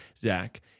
Zach